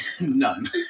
None